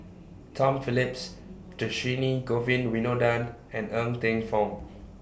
Tom Phillips Dhershini Govin Winodan and Ng Teng Fong